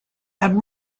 and